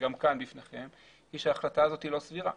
וגם כאן בפניכם היא שההחלטה לא סבירה.